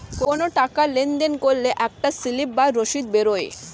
কোনো টাকা লেনদেন করলে একটা স্লিপ বা রসিদ বেরোয়